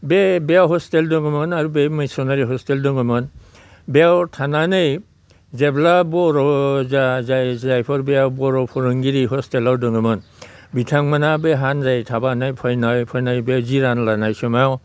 बे बेयाव हस्टेल दङमोन आरो बे मिसनारि हस्टेल दङमोन बेयाव थानानै जेब्ला बर' जायफोर बेयाव बर' फोरोंगिरि हस्टेलाव दङमोन बिथांमोना बे हानजायै थाबायना फैनाय फैनानै बेयाव जिरन लानाय समाव